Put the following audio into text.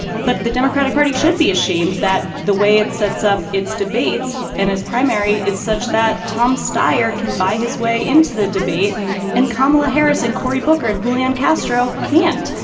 but the democratic party should be ashamed that the way it sets up its debates and its primary is such that tom stier can buy his way into the debate and kamala harris and cory booker and julian castro can't.